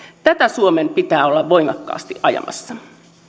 tätä suomen pitää olla voimakkaasti ajamassa